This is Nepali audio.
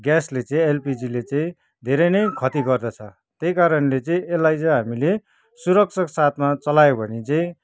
एलपीजीले चाहिँ धेरै ने खति गर्दछ त्यही कारणले चाहिँ यसलाई चाहिँ हामीले सुरक्षाको साथमा चलायो भने चाहिँ